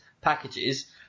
packages